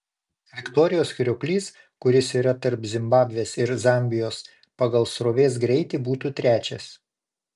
viktorijos krioklys kuris yra tarp zimbabvės ir zambijos pagal srovės greitį būtų trečias